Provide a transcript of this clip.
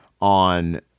on